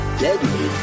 deadly